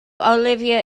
olivia